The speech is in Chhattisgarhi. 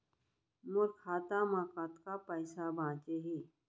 मोर खाता मा कतका पइसा बांचे हे?